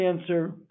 answer